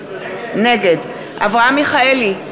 נגד אברהם מיכאלי,